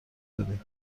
بدیم